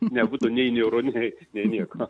nebūtų nei rodikliai nei nieko